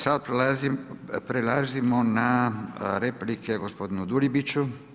Sada prelazimo na replike gospodinu Dulibiću.